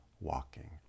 Walking